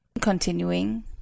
continuing